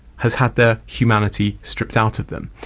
has had their humanity stripped out of them.